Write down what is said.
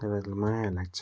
र यसलाई माया लाग्छ